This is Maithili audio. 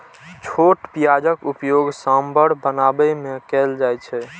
छोट प्याजक उपयोग सांभर बनाबै मे कैल जाइ छै